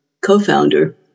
co-founder